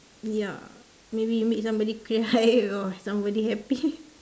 ya maybe you made somebody cry or somebody happy